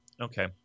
okay